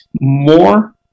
more